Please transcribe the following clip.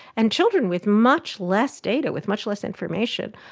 and children with much less data, with much less information,